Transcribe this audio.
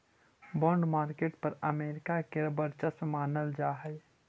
bond market पर America के वर्चस्व मानल जा हइ